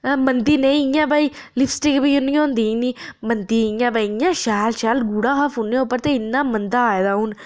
अ मंदी नेही इ'यां भाई लिपस्टिक बी नीं होंदी इन्नी मंदी इ'यां भाई इन्ना शैल शैल गूढ़ा हा फोनै उप्पर ते इन्ना गंदा आए दा हून